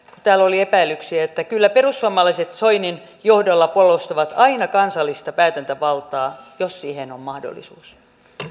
täällä oli epäilyksiä kyllä perussuomalaiset soinin johdolla puolustavat aina kansallista päätäntävaltaa jos siihen on mahdollisuus